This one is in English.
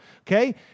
Okay